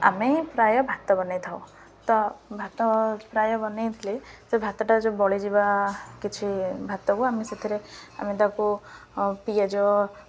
ଆମେ ପ୍ରାୟ ଭାତ ବନାଇ ଥାଉ ତ ଭାତ ପ୍ରାୟ ବନାଇ ଥିଲ ସେ ଭାତଟା ଯେଉଁ ବଳିଯିବା କିଛି ଭାତକୁ ଆମେ ସେଥିରେ ଆମେ ତାକୁ ପିଆଜ